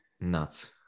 Nuts